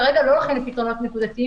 כרגע לא הולכים לפתרונות נקודתיים,